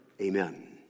amen